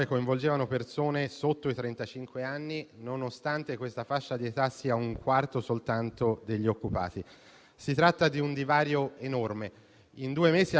In due mesi abbiamo perso 400.000 occupati, nonostante gran parte degli occupati fossero in cassa integrazione e ci fossero vincoli ai licenziamenti collettivi.